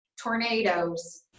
Tornadoes